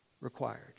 required